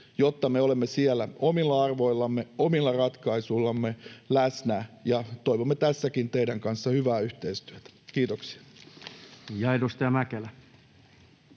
jotta me olemme siellä omilla arvoillamme, omilla ratkaisuillamme läsnä, ja toivomme tässäkin teidän kanssanne hyvää yhteistyötä. — Kiitoksia.